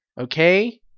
Okay